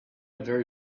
very